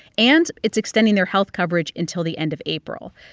and it's extending their health coverage until the end of april.